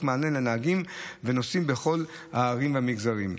מענה לנהגים ולנוסעים בכל הערים והמגזרים.